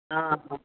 ஆ ஆமாம்